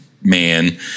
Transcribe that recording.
man